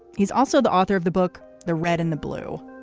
he's also the author of the book the red and the blue.